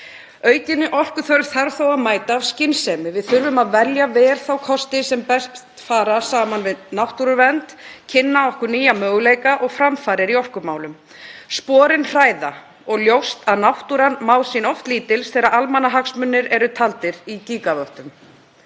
Aukinni orkuþörf þarf þó að mæta af skynsemi. Við þurfum að velja vel þá kosti sem best fara saman við náttúruvernd, kynna okkur nýja möguleika og framfarir í orkumálum. Sporin hræða og ljóst að náttúran má sín oft lítils þegar almannahagsmunir eru taldir í gígavöttum.